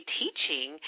teaching